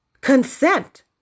Consent